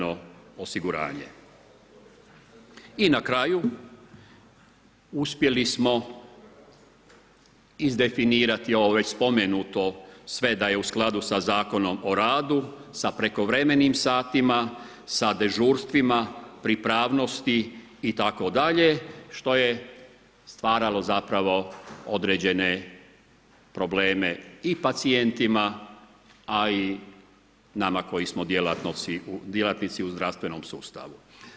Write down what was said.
I na kraju, uspjeli smo izdefinirati ovo već spomenuto sve da je u skladu sa Zakonom o radu, sa prekovremenim satima, s dežurstvima, pripravnosti itd. što je stvaralo zapravo određene probleme i pacijentima a i nama koji smo djelatnici u zdravstvenom sustavu.